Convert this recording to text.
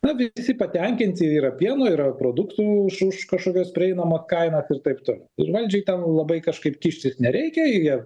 na visi patenkinti yra pieno yra produktų už už kažkokios prieinamą kainą ir taip toliau ir valdžiai ten labai kažkaip kištis nereikia jie